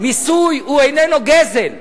מיסוי איננו גזל.